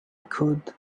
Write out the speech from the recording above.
could